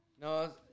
No